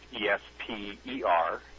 E-S-P-E-R